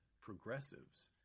progressives